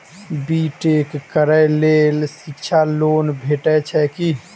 B tech करै लेल शिक्षा लोन भेटय छै की?